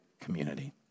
community